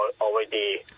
already